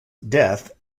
death